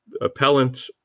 appellant